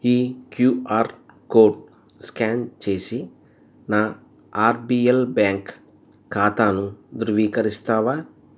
ఈ QR code scan చేసి నా ఆర్బిఎల్ బ్యాంక్ ఖాతాను ధృవీకరిస్తావా